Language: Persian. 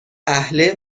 اهل